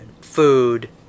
food